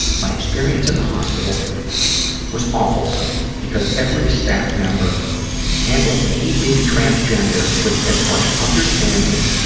my experience in the hospital was awfulsome because every staff member handled me being transgender with as much understanding,